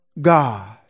God